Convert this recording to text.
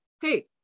hey